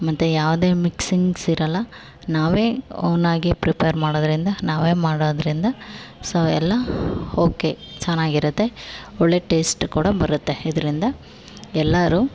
ಮತ್ತು ಯಾವುದೇ ಮಿಕ್ಸಿಂಗ್ಸ್ ಇರೋಲ್ಲ ನಾವೇ ಓನ್ ಆಗಿ ಪ್ರಿಪೇರ್ ಮಾಡೋದರಿಂದ ನಾವೇ ಮಾಡೋದ್ರಿಂದ ಸೋ ಎಲ್ಲ ಓಕೆ ಚೆನ್ನಾಗಿರುತ್ತೆ ಒಳ್ಳೆಯ ಟೇಸ್ಟ್ ಕೂಡ ಬರುತ್ತೆ ಇದರಿಂದ ಎಲ್ಲರು